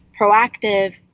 proactive